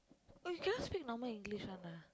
oh you cannot speak normal English one ah